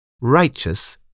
righteous